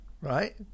right